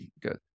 good